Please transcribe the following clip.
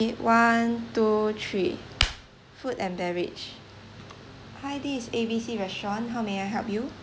one two three food and beverage hi this is A B C restaurant how may I help you